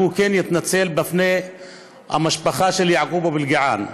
יתנצל בפני המשפחה של יעקוב אבו אלקיעאן.